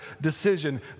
decision